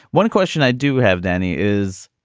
one question i do have, danny, is,